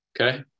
Okay